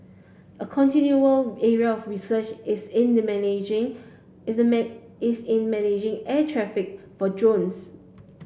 a continuing area of research is in the managing is in managing air traffic for drones